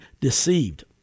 deceived